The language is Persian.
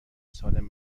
سالم